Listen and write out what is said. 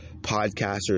podcasters